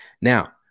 Now